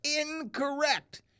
incorrect